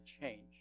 change